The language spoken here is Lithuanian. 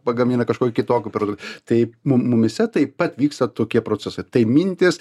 pagamina kažkokį kitokį produt tai mu mumyse taip pat vyksta tokie procesai tai mintys